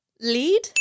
Lead